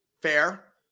Fair